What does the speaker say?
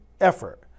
effort